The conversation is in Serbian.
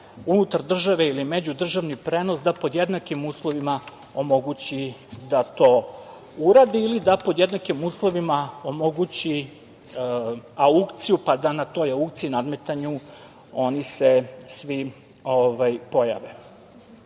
unutar države ili međudržavni prenos, da pod jednakim uslovima omogući da to uradi ili da pod jednakim uslovima omogući aukciju, pa da na toj aukciji, nadmetanju oni se svi pojave. Kada